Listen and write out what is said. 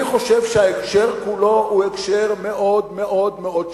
אני חושב שההקשר כולו הוא הקשר מאוד מאוד מאוד שגוי.